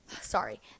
sorry